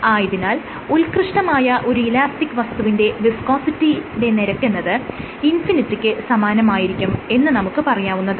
ആയതിനാൽ ഉൽകൃഷ്ടമായ ഒരു ഇലാസ്റ്റിക് വസ്തുവിന്റെ വിസ്കോസിറ്റിയുടെ നിരക്കെന്നത് ഇൻഫിനിറ്റിക്ക് സമാനമായിരിക്കും എന്ന് നമുക്ക് പറയാവുന്നതാണ്